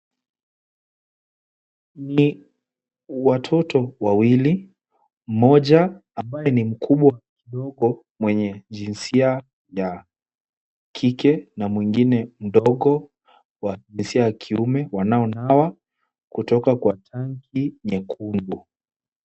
Ni watoto wawili, mmoja ambaye ni mkubwa kidogo mwenye jinsia ya kike na mwingine mdogo wa jinsia ya kiume, wanao nawa kutoka kwa tanki nyekundu.